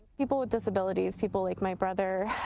people with disabilities, people like my brother,